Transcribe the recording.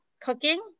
cooking